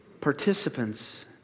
participants